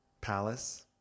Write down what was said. palace